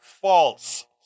false